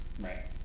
Right